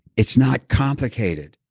it's not complicated.